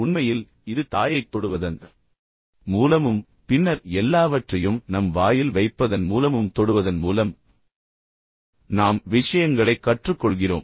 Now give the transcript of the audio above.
உண்மையில் இது தாயைத் தொடுவதன் மூலமும் தொடுவதன் மூலமும் பின்னர் எல்லாவற்றையும் நம் வாயில் வைப்பதன் மூலமும் தொடுவதன் மூலம் நாம் விஷயங்களைக் கற்றுக்கொள்கிறோம்